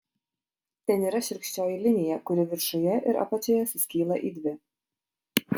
ten yra šiurkščioji linija kuri viršuje ir apačioje suskyla į dvi